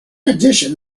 addition